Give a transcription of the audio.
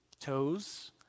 toes